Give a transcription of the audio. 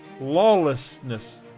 lawlessness